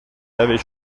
avait